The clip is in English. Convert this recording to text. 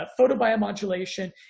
photobiomodulation